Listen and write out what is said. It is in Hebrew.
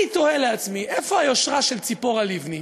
אני תוהה לעצמי, איפה היושרה של צפורה לבני?